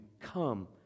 come